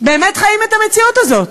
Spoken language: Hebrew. באמת חיים את המציאות הזאת,